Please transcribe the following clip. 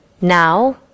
Now